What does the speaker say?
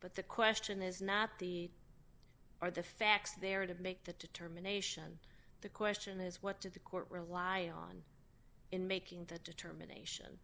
but the question is not the are the facts there to make that determination the question is what did the court rely on in making that determination